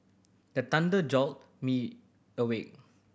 the thunder jolt me awake